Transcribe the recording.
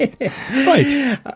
Right